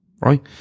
right